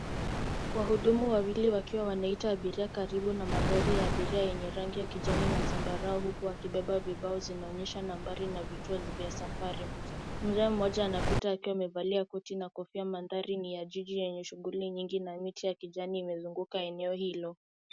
Wahudumu wawili wakiwa wanaita abiria karibu na magari ya abiria yenye rangi ya kijani na zambarau huku wakibeba vibao zinaonyesha nambari na vituo za safari. Mzee mmoja anapita akiwa amevalia koti na kofia. Mandhari ni ya jiji yenye shughuli nyingi na miti ya kijani imezunguka eneo hilo.